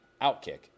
OutKick